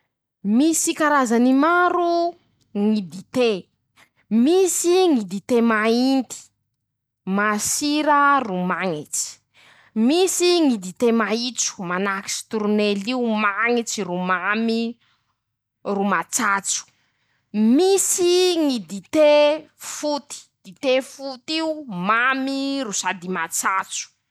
Misy karazany maro ñy dite: -Misy ñy dite mainty. masira ro mañitsy. -Misy ñy dite maitso manahaky sitronely io. mañitsy ro mamy ro matsàtso. -Misy ñy dite foty, dite foty io. mamy ro sady matsàtso.